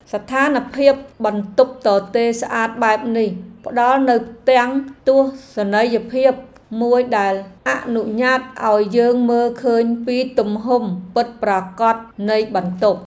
ស្ថានភាពបន្ទប់ទទេរស្អាតបែបនេះផ្ដល់នូវផ្ទាំងទស្សនីយភាពមួយដែលអនុញ្ញាតឱ្យយើងមើលឃើញពីទំហំពិតប្រាកដនៃបន្ទប់។